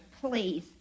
Please